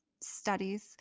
studies